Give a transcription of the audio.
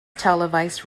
televised